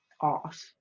off